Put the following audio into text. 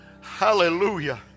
Hallelujah